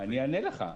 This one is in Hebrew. אני אענה לך.